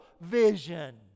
vision